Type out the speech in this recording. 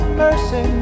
mercy